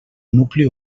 nucli